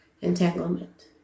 Entanglement